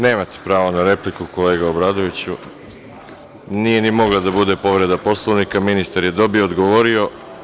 Nemate pravo na repliku, kolega Obradoviću. (Boško Obradović: Povreda Poslovnika.) Nije ni mogla da bude povreda Poslovnika, ministar je dobio, odgovorio.